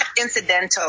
incidental